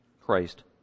Christ